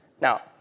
Now